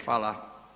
Hvala.